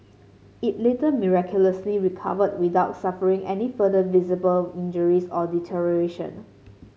it later miraculously recovered without suffering any further visible injuries or deterioration